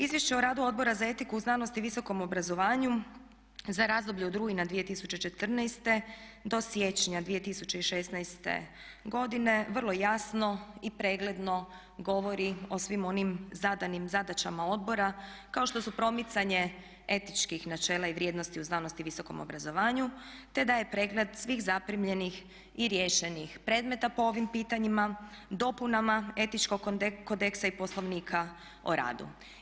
Izvješće o radu Odbora za etiku u znanosti i visokom obrazovanju za razdoblje od rujna 2014. do siječnja 2016. godine vrlo jasno i pregledno govori o svim onim zadanim zadaćama odbora kao što su promicanje etičkih načela i vrijednosti u znanosti i visokom obrazovanju te da je pregled svih zaprimljenih i riješenih predmeta po ovim pitanjima, dopunama Etičkog kodeksa i Poslovnika o radu.